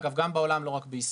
גם בעולם ולא רק בישראל.